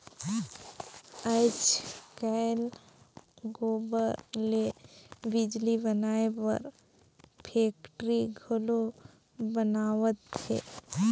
आयज कायल गोबर ले बिजली बनाए बर फेकटरी घलो बनावत हें